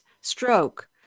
stroke